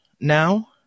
now